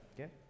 Okay